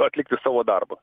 atlikti savo darbą